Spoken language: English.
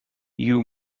you